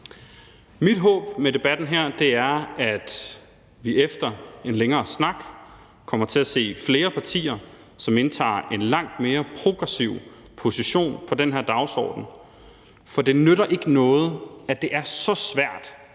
Mit håb med debatten her er, at vi efter en længere snak kommer til at se flere partier, som indtager en langt mere progressiv position på den her dagsorden, for det nytter ikke noget, det er så svært